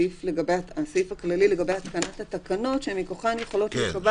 הסעיף הכללי לגבי התקנת התקנות שמכוחן יכולות להיקבע